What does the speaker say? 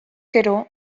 gero